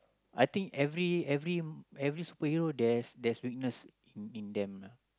I think every every every superhero there's there's weakness in in them lah